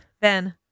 Ben